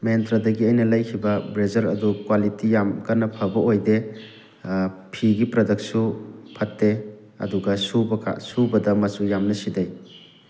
ꯃꯦꯟꯇ꯭ꯔꯗꯒꯤ ꯑꯩꯅ ꯂꯩꯈꯤꯕ ꯕ꯭ꯂꯦꯖꯔ ꯑꯗꯨ ꯀ꯭ꯋꯥꯂꯤꯇꯤ ꯌꯥꯝ ꯀꯟꯅ ꯐꯕ ꯑꯣꯏꯗꯦ ꯐꯤꯒꯤ ꯄ꯭ꯔꯗꯛꯁꯨ ꯐꯠꯇꯦ ꯑꯗꯨꯒ ꯁꯨꯕꯀꯥꯟ ꯁꯨꯕꯗ ꯃꯆꯨ ꯌꯥꯝꯅ ꯁꯤꯗꯩ